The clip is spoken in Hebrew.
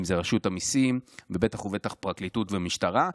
אם זו רשות המיסים ובטח ובטח פרקליטות ומשטרה,